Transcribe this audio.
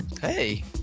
hey